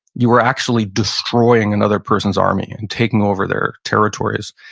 you were actually destroying another person's army and taking over their territories.